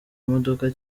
imodoka